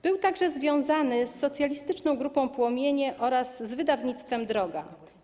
Był także związany z socjalistyczną grupą Płomienie oraz z wydawnictwem Droga.